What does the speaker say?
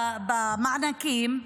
במענקים,